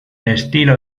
estilo